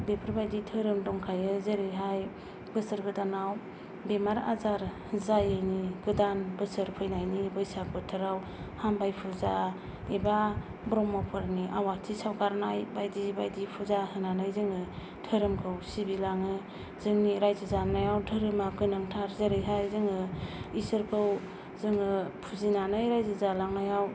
बेफोर बायदि धोरोम दंखायो जेरैहाय बोसोर गोदानाव बेमार आजार जायैनि गोदान बोसोर फैनायनि बैसाग बोथोराव हामबाय फुजा एबा ब्रम्हफोरनि आवाथि सावगारनाय बायदि बायदि फुजा होनानै जोङो धोरोमखौ सिबिलाङो जोंनि रायजो जानायाव धोरोमा गोनांथार जेरैहाय जोङो इसोरखौ जोङो फुजिनानै रायजो जालांनायाव